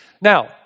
Now